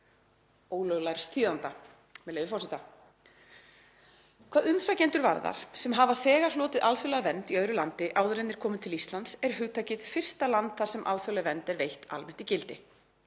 ólöglærðs þýðanda, með leyfi forseta: „Hvað umsækjendur varðar sem hafa þegar hlotið alþjóðlega vernd í öðru landi áður en þeir komu til Íslands er hugtakið „fyrsta land þar sem alþjóðleg vernd er veitt“ almennt í gildi.“